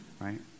right